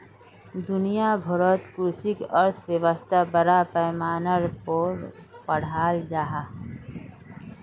दुनिया भारोत कृषि अर्थशाश्त्र बड़ा पैमानार पोर पढ़ाल जहा